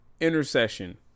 intercession